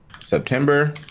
September